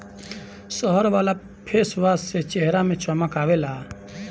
शहद वाला फेसवाश से चेहरा में चमक आवेला